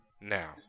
now